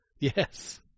Yes